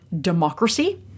DEMOCRACY